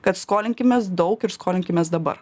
kad skolinkimės daug ir skolinkimės dabar